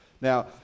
Now